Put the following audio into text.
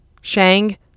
Shang